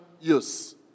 use